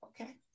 Okay